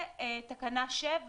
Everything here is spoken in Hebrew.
ותקנה 7,